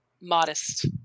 modest